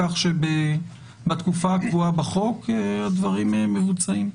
כך שבתקופה הקבועה בחוק הדברים מבוצעים.